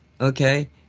okay